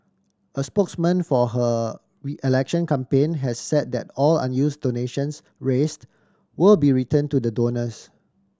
a spokesman for her we election campaign has said that all unuse donations raised will be return to the donors